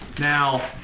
Now